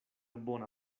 bona